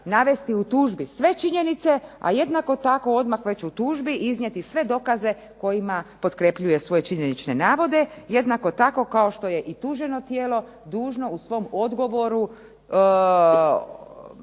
navesti u tužbi sve činjenice, a jednako tako odmah već u tužbi iznijeti sve dokaze kojima potkrjepljuje svoje činjenične navode, jednako tako kao što je i tuženo tijelo dužno u svom odgovoru